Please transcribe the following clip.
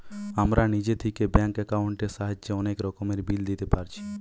আমরা নিজে থিকে ব্যাঙ্ক একাউন্টের সাহায্যে অনেক রকমের বিল দিতে পারছি